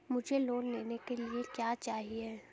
मुझे लोन लेने के लिए क्या चाहिए?